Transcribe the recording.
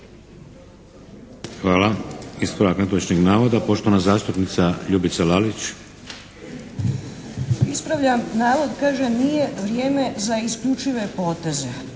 (HSS)** Ispravljam navod, kaže nije vrijeme za isključive poteze.